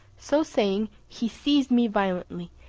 so saying, he seized me violently,